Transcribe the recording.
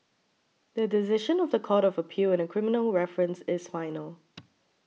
the decision of the Court of Appeal in a criminal reference is final